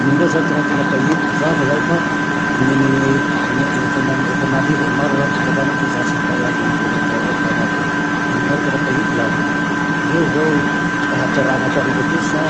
Ino loatsy zane ty raha paio, mazava zay fa i ninone, efa amanarivony maro zaho miresake amine tsy mipay aze volay zao avao ty raha rehafiny, ino mariny ty raha paio zany? Ihao vao mipay ty haterana amiko aty sa